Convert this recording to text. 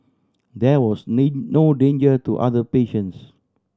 there was no danger to other patients